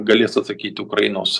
galės atsakyti ukrainos